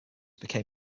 become